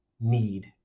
need